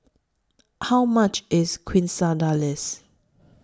How much IS Quesadillas